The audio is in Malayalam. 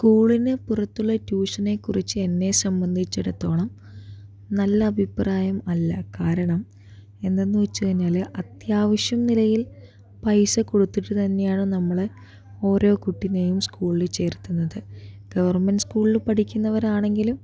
സ്കൂളിന് പുറത്തുള്ള ട്യൂഷനെക്കുറിച്ച് എന്നെ സംബന്ധിച്ചിടത്തോളം നല്ല അഭിപ്രായം അല്ല കാരണം എന്തെന്ന് വച്ച് കഴിഞ്ഞാൽ അത്യാവശ്യം നിലയിൽ പൈസ കൊടുത്തിട്ട് തന്നെയാണ് നമ്മളെ ഓരോ കുട്ടിനേയും സ്കൂളിൽ ചേർത്തുന്നത് ഗവർമെന്റ് സ്കൂളിൽ പഠിക്കുന്നവരാണെങ്കിലും